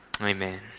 Amen